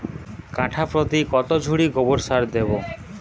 কাঠাপ্রতি কত ঝুড়ি গোবর সার দেবো?